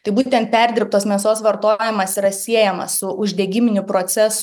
tai būtent perdirbtos mėsos vartojimas yra siejamas su uždegiminiu procesu